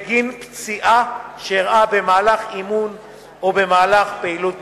בגין פציעה שאירעה במהלך אימון או במהלך פעילות מבצעית,